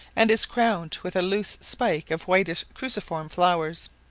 and is crowned with a loose spike of whitish cruciform flowers.